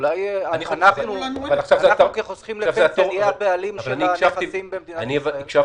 אולי כחוסכים נהיה הבעלים של הנכסים במדינת ישראל?